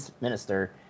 minister